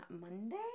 Monday